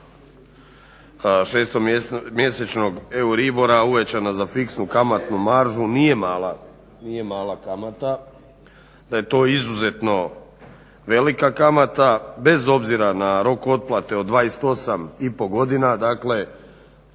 šestomjesečnog euribora uvećana za fiksnu kamatnu maržu nije mala kamata, da je to izuzetno velika kamata bez obzira na rok otplate od 28 i pol godina. Dakle,